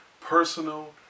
personal